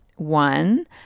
one